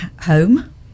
home